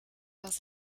was